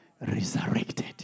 Resurrected